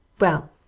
Well